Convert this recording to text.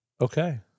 Okay